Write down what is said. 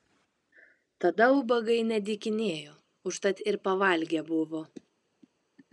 tada ubagai nedykinėjo užtat ir pavalgę buvo